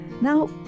Now